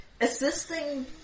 assisting